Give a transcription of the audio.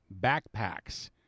backpacks